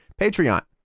Patreon